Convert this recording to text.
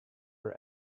her